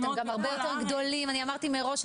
אתם גם הרבה יותר גדולים ואני אמרתי את זה מראש,